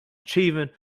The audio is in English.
achieving